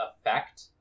effect